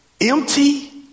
Empty